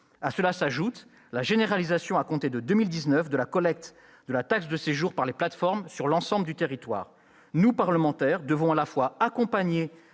À cela s'ajoute la généralisation, à compter de 2019, de la collecte de la taxe de séjour par les plateformes sur l'ensemble du territoire. Nous, parlementaires, devons à la fois accompagner